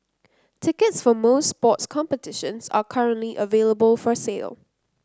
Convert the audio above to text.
tickets for most sports competitions are currently available for sale